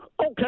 Okay